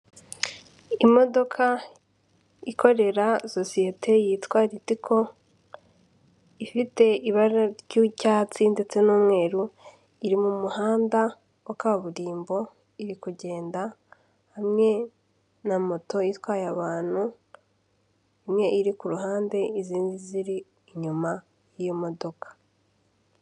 Imodoka ikorera sosiyete yitwa Ritico, ifite ibara ry'icyatsi ndetse n'umweru, iri mu muhanda wa kaburimbo iri kugenda hamwe na moto itwaye abantu, imwe iri ku ruhande izindi ziri inyuma y'iyo modoka.